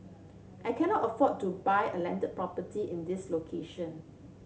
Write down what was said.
I cannot afford to buy a landed property in this location